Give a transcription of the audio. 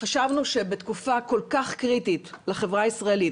חשבנו שבתקופה כל כך קריטית לחברה הישראלית,